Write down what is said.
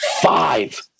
Five